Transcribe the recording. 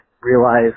realize